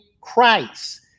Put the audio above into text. Christ